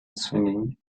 swinging